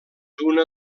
una